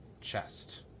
chest